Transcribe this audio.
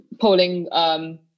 polling